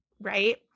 right